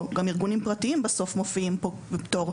וגם ארגונים פרטיים בסוף מופיעים פה בפטור,